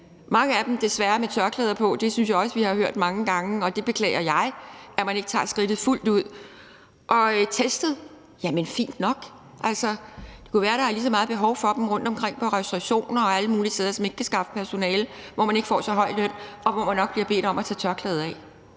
synes jeg også vi har hørt mange gange, og det beklager jeg, altså at man ikke tager skridtet fuldt ud – og testet. Jamen fint nok, altså, men det kunne jo være, der var lige så meget behov for dem rundtomkring på restaurationer og alle mulige steder, som ikke kan skaffe personale, og hvor man ikke får så høj løn, og hvor man nok bliver bedt om at tage tørklædet af.